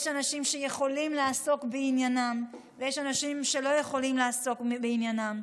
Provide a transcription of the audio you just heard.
יש אנשים שיכולים לעסוק בעניינם ויש אנשים שלא יכולים לעסוק בעניינם,